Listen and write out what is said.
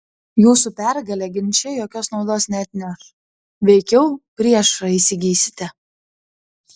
jūsų pergalė ginče jokios naudos neatneš veikiau priešą įsigysite